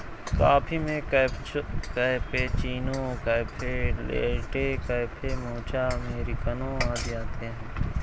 coffee में cappuccino, cafe latte, cafe mocha, अमेरिकनों आदि आते है